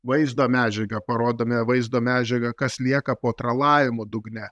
vaizdo medžiagą parodome vaizdo medžiagą kas lieka po tralavimo dugne